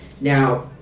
Now